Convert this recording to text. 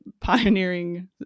pioneering